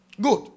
Good